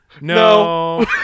No